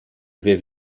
wie